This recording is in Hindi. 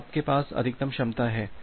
तो आपके पास अधिकतम क्षमता है